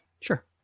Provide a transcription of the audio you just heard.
Sure